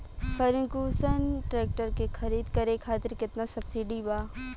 Ferguson tractor के खरीद करे खातिर केतना सब्सिडी बा?